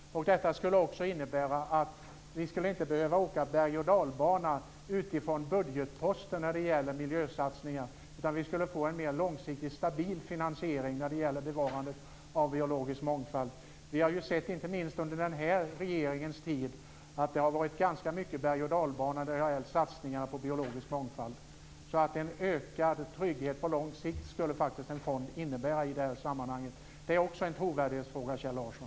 Detta skulle också innebära att vi inte behövde åka bergochdalbana utifrån budgetposter när det gäller miljösatsningar, utan vi skulle få en mer långsiktig stabil finansiering i fråga om bevarandet av biologisk mångfald. Inte minst under den här regeringens tid har vi sett att det har varit ganska mycket av bergochdalbana när det gällt satsningar på biologisk mångfald, så en ökad trygghet på lång sikt skulle en fond faktiskt innebära i det här sammanhanget. Det är också en trovärdighetsfråga, Kjell Larsson!